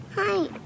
Hi